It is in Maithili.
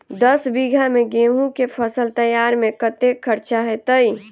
दस बीघा मे गेंहूँ केँ फसल तैयार मे कतेक खर्चा हेतइ?